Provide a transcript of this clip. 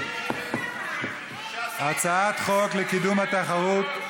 הצעת חוק לקידום התחרות,